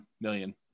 million